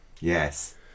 yes